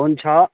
phone छ